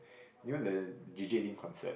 you know the J_J-Lin concert